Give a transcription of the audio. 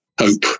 hope